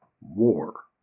war